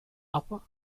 upper